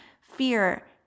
fear